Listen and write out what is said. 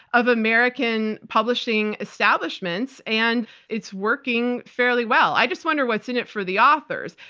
of american publishing establishments, and it's working fairly well. i just wonder what's in it for the authors,